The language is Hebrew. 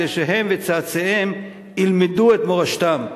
כדי שהם וצאצאיהם ילמדו את מורשתם,